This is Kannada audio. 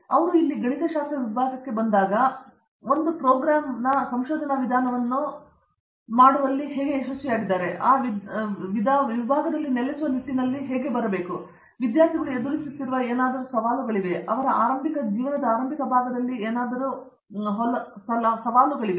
ಅವರು ಇಲ್ಲಿ ಗಣಿತಶಾಸ್ತ್ರ ವಿಭಾಗದಲ್ಲಿ ಬಂದಾಗ ಒಂದು ಪ್ರೋಗ್ರಾಮ್ನ ಸಂಶೋಧನಾ ವಿಧಾನವನ್ನು ಮಾಡುವಲ್ಲಿ ನೆಲೆಸುವ ನಿಟ್ಟಿನಲ್ಲಿ ಬರಬೇಕು ನೀವು ಎದುರಿಸುತ್ತಿರುವ ವಿದ್ಯಾರ್ಥಿಗಳು ಇಲ್ಲಿ ನಿಲ್ಲುವಂತೆ ಅದು ಅವರ ಪದವೀಧರ ಅಥವಾ ಸ್ನಾತಕೋತ್ತರ ಜೀವನದ ಆರಂಭಿಕ ಭಾಗವಾಗಬಹುದು